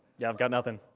yeah, i've got nothing.